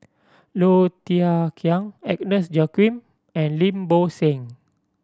Low Thia Khiang Agnes Joaquim and Lim Bo Seng